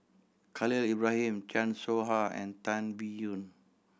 Khalil Ibrahim Chan Soh Ha and Tan Biyun